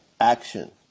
action